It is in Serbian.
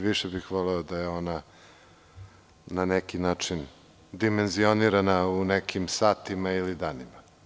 Više bih voleo da je ona na neki način dimenzionirana u nekim satima ili danima.